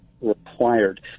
required